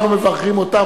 אנחנו מברכים אותם,